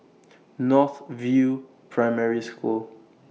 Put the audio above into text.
North View Primary School